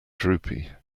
droopy